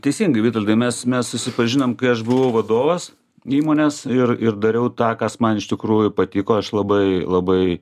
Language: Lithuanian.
teisingai vitoldai mes mes susipažinom kai aš buvau vadovas įmonės ir ir dariau tą kas man iš tikrųjų patiko aš labai labai